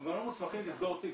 אנחנו גם לא מוסמכים לסגור תיק.